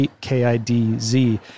K-I-D-Z